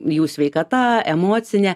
jų sveikata emocine